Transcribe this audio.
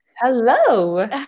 Hello